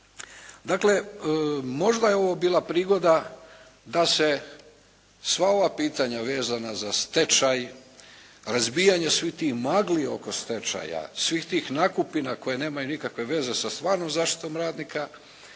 Dakle, možda je ovo bila prigoda da se sva ova pitanja vezana za stečaj, razbijanja svih tih magli oko stečaja, svih tih nakupina koje nemaju nikakve veze sa stvarnom zaštitom radnika